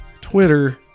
Twitter